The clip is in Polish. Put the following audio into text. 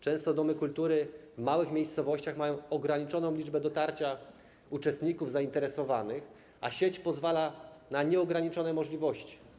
Często domy kultury w małych miejscowościach mają ograniczoną możliwość dotarcia do uczestników, zainteresowanych, a sieć pozwala na nieograniczone możliwości.